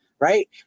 right